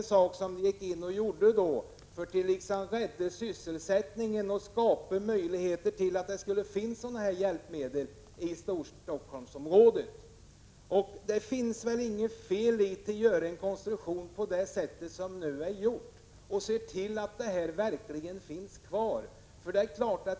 Staten gick in för att rädda sysselsättningen för de anställda och för att se till att det skulle finnas tillgång till ortopediska hjälpmedel i Storstockholmsområdet. Det är väl inget fel att göra en rekonstruktion på det sätt som nu har skett och se till att företaget finns kvar.